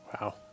Wow